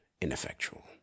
ineffectual